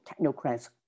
technocrats